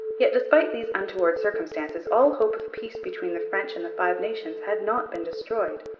yet despite these untoward circumstances all hope of peace between the french and the five nations had not been destroyed.